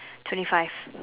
twenty five